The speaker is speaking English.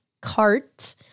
cart